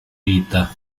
vita